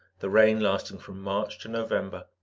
the rain lasting from march to november.